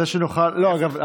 אגב,